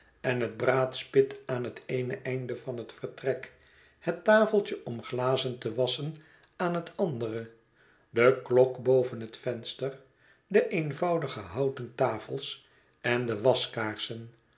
en het braadspit aan het eene einde van het vertrek het tafeltje om glazen te wasschen aan het andere de klok boven het venster de eenvoudige houten tafels en de waskaarsen